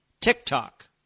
TikTok